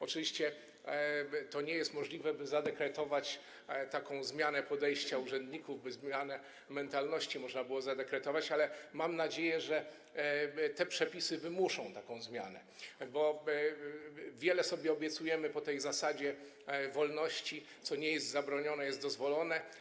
Oczywiście to nie jest możliwe, by zadekretować taką zmianę podejścia urzędników, by zmianę mentalności można było zadekretować, ale mam nadzieję, że te przepisy wymuszą taką zmianę, bo wiele sobie obiecujemy po tej zasadzie wolności, co nie jest zabronione, jest dozwolone.